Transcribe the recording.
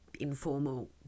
informal